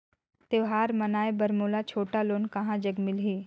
त्योहार मनाए बर मोला छोटा लोन कहां जग मिलही?